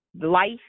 life